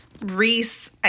Reese